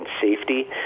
safety